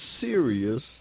serious